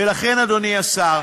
ולכן, אדוני השר,